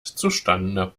zustande